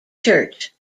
church